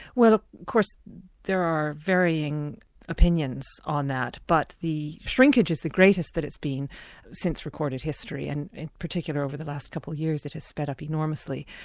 well of course there are varying opinions on that, but the shrinkage is the greatest that it's been since recorded history, and in particular over the last couple of years it has sped up enormously.